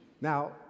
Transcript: Now